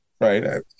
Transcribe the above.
Right